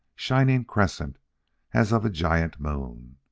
shining crescent as of a giant moon.